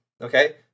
Okay